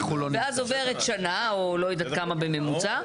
ואז עוברת שנה או לא יודעת כמה בממוצע,